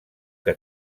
que